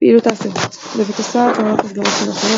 פעילות האסירות בבית הסוהר פועלות מסגרות חינוכיות,